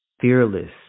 fearless